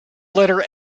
letter